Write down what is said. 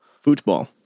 Football